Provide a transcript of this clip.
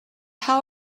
how